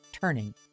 Turning